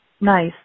nice